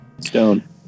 Stone